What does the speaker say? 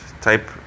type